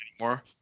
anymore